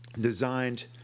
designed